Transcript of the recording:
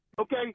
okay